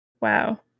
Wow